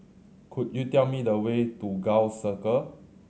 could you tell me the way to Gul Circle